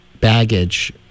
baggage